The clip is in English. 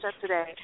today